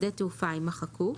"שדה תעופה"" יימחקו,